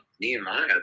nehemiah